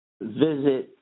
visit